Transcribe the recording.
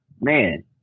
man